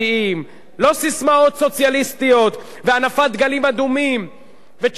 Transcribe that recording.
לא ססמאות סוציאליסטיות והנפת דגלים אדומים וצ'ה גווארה.